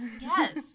Yes